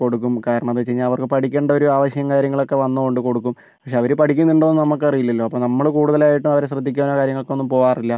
കൊടുക്കും കാരണമെന്താ വെച്ച് കഴിഞ്ഞാൽ അവർക്ക് പഠിക്കേണ്ടൊരു ആവശ്യവും കാര്യങ്ങളൊക്കെ വന്നതുകൊണ്ട് കൊടുക്കും പക്ഷെ അവർ പഠിക്കുന്നുണ്ടോ എന്ന് നമുക്കറിയില്ലല്ലോ അപ്പോൾ നമ്മൾ കൂടുതലായിട്ടും അവരെ ശ്രദ്ധിക്കാനോ കാര്യങ്ങൾക്കൊന്നും പോകാറില്ല